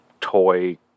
toy